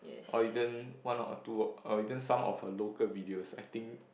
or even one or two or even some of her local videos I think